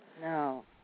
No